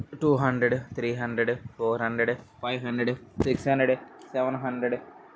two hundred three hundred four hundred five hundred six hundred seven hundred